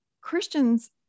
Christians